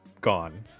gone